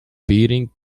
beating